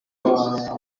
ahandi